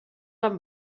amb